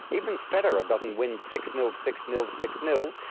even federer doesn't win six-nil, six-nil, six-nil,